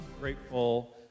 Grateful